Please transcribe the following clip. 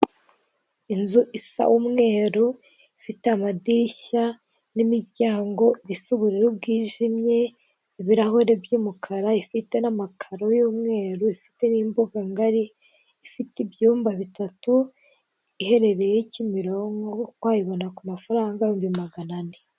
Inzu isa umweru ifite amadirishya n'imiryango bisa ubururu bwijimye, ibirahure by'umukara, ifite n'amakaro y'umweru, ifite n'imbuga ngari, ifite ibyumba bitatu, iherereye Kimironko wayibona ku mafaranga ibihumbi magana ane.